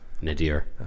Nadir